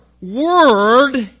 word